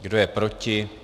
Kdo je proti?